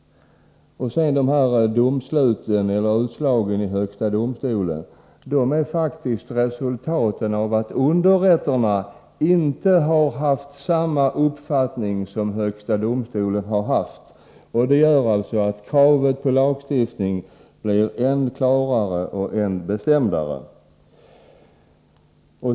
Utslagen i högsta domstolen är faktiskt ett resultat av att underrätterna inte haft samma uppfattning som högsta domstolen. Detta gör att kravet på en lagstiftning blir än klarare och än bestämdare.